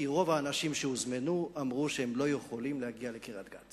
כי רוב האנשים שהוזמנו אמרו שהם לא יכולים להגיע לקריית-גת.